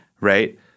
Right